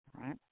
Right